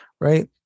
right